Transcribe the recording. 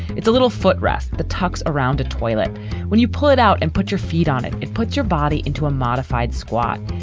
it's a little foot rest. the tucks around a toilet when you pull it out and put your feet on it. it put your body into a modified squat,